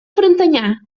frontanyà